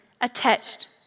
Attached